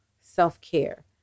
self-care